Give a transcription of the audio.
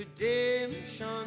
redemption